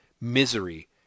Misery